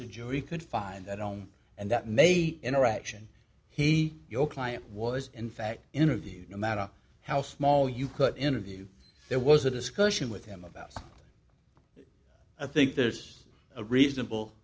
the jury could find that on and that may interaction he your client was in fact interviewed no matter how small you could interview there was a discussion with him about i think there's a reasonable